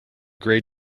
gray